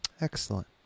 Excellent